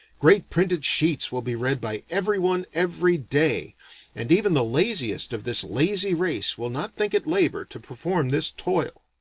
great printed sheets will be read by every one every day and even the laziest of this lazy race will not think it labor to perform this toil.